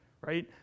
right